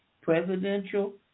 Presidential